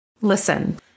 Listen